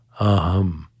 aham